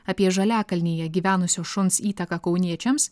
apie žaliakalnyje gyvenusio šuns įtaką kauniečiams